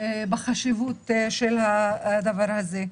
בחשיבות של הדבר הזה.